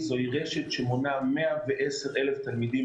בעניין הזה, נדבר